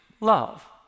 love